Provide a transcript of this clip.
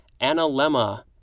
analemma